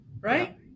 right